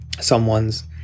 someone's